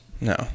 No